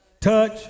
touch